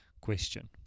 question